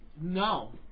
No